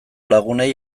lagunei